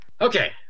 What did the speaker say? okay